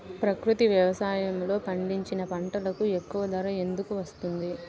ప్రకృతి వ్యవసాయములో పండించిన పంటలకు ఎక్కువ ధర ఎందుకు వస్తుంది?